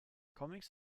comics